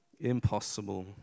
impossible